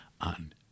on